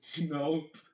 Nope